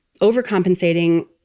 overcompensating